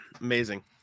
Amazing